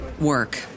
work